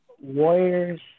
Warriors